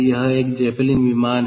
यह एक ज़ेपेलिन विमान है